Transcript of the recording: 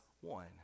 one